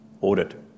audit